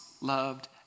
loved